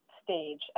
stage